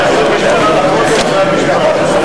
ההסתייגות של קבוצת סיעת